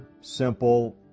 simple